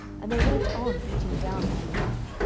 and they went on beating down one another.